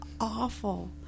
Awful